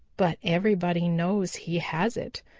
but everybody knows he has it,